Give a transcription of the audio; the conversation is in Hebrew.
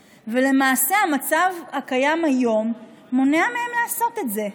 ולמעשה, המצב הקיים היום מונע מהם לעשות את זה.